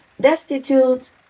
destitute